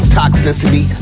toxicity